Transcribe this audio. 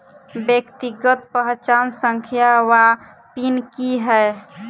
व्यक्तिगत पहचान संख्या वा पिन की है?